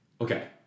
Okay